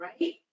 right